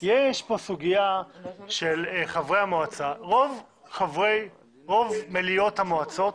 יש כאן סוגיה של חברי המועצה ורוב מליאות המועצות,